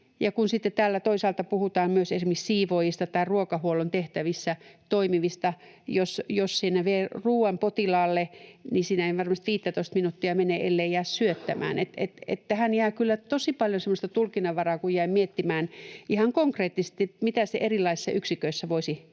toisaalta puhutaan myös esimerkiksi siivoojista tai ruokahuollon tehtävissä toimivista, niin jos vie ruuan potilaalle, niin siinä ei varmasti 15:tä minuuttia mene, ellei jää syöttämään. Että tähän jää kyllä tosi paljon semmoista tulkinnanvaraa, kun jää miettimään ihan konkreettisesti, mitä se erilaisissa yksiköissä voisi